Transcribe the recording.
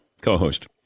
co-host